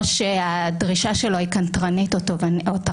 או שהדרישה שלו היא קנטרנית או טרדנית.